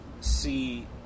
see